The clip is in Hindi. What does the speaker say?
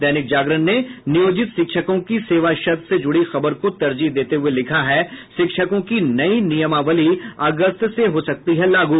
दैनिक जागरण ने जिनोजित शिक्षकों की सेवा शर्त से जुड़ी खबर को तरजीह देते हुए लिखा है शिक्षकों की नयी नियमावली अगस्त से हो सकती है लागू